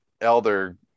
Elder